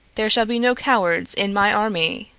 there shall be no cowards in my army.